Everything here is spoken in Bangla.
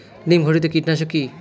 নিম ঘটিত কীটনাশক কি?